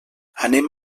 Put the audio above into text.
anem